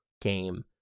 game